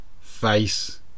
Face